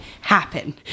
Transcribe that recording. happen